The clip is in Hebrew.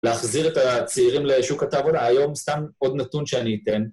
להחזיר את הצעירים לשוק ה... עבודה, היום סתם עוד נתון שאני אתן.